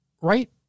right